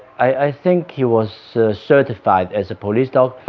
i think he was certified as a police dog.